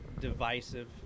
divisive